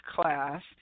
class